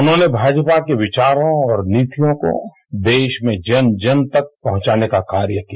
उन्होंने भाजपा के विचारों और नीतियों को देश में जन जन तक पहुंचाने का कार्य किया